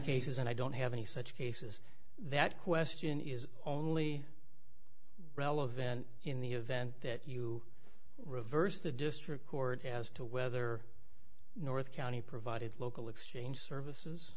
cases and i don't have any such cases that question is only relevant in the event that you reverse the just record as to whether north county provided local exchange services